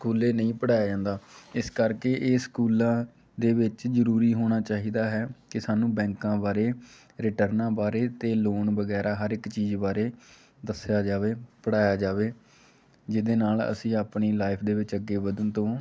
ਸਕੂਲੇ ਨਹੀਂ ਪੜ੍ਹਾਇਆ ਜਾਂਦਾ ਇਸ ਕਰਕੇ ਇਹ ਸਕੂਲਾਂ ਦੇ ਵਿੱਚ ਜ਼ਰੂਰੀ ਹੋਣਾ ਚਾਹੀਦਾ ਹੈ ਕਿ ਸਾਨੂੰ ਬੈਂਕਾਂ ਬਾਰੇ ਰਿਟਰਨਾਂ ਬਾਰੇ ਅਤੇ ਲੋਨ ਵਗੈਰਾ ਹਰ ਇੱਕ ਚੀਜ਼ ਬਾਰੇ ਦੱਸਿਆ ਜਾਵੇ ਪੜ੍ਹਾਇਆ ਜਾਵੇ ਜਿਹਦੇ ਨਾਲ ਅਸੀਂ ਆਪਣੀ ਲਾਈਫ ਦੇ ਵਿੱਚ ਅੱਗੇ ਵਧਣ ਤੋਂ